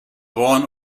worn